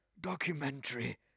documentary